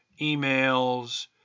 emails